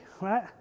right